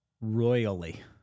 royally